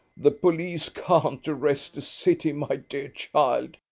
the police can't arrest a city, my dear child,